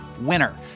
winner